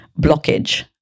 blockage